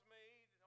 made